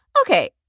Okay